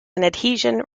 adhesion